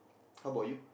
how about you